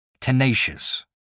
Tenacious